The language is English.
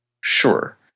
Sure